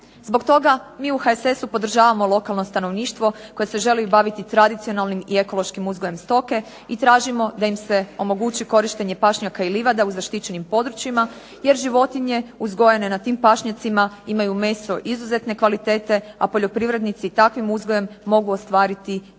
Zbog toga mi u HSS-u podržavamo lokalno stanovništvo koje se želi baviti tradicionalnim i ekološkim uzgojem stoke i tražimo da im se omogući korištenje pašnjaka i livada u zaštićenim područjima jer životinje uzgojene na tim pašnjacima imaju meso izuzetne kvalitete, a poljoprivrednici takvim uzgojem mogu ostvariti veću